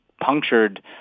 punctured